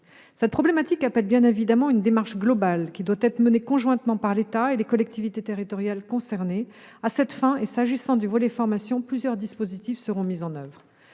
Cette problématique appelle bien évidemment une démarche globale, qui doit être menée conjointement par l'État et les collectivités territoriales concernées. À cette fin, et s'agissant du volet « formation », plusieurs dispositifs sont mis en oeuvre.